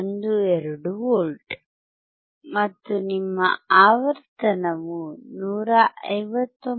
12 V ಮತ್ತು ನಿಮ್ಮ ಆವರ್ತನವು 159